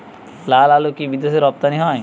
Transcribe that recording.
লালআলু কি বিদেশে রপ্তানি হয়?